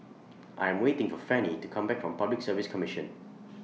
I Am waiting For Fannye to Come Back from Public Service Commission